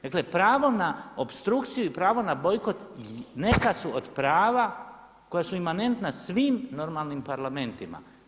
Dakle, pravo na opstrukciju i pravo na bojkot neka su od prava koja su imanentna svim normalnim parlamentima.